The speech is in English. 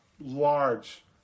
large